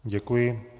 Děkuji.